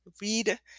read